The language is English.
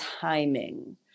timing